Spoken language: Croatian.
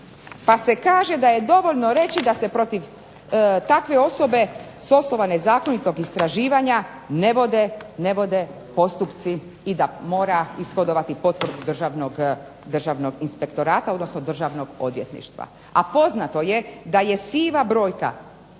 pa se kaže da je dovoljno reći da se protiv takve osobe s osnova nezakonitog istraživanja ne vode postupci i da mora ishodovati dozvolu Državnog inspektorata odnosno Državnog odvjetništva, a poznato je da je siva brojka